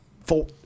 four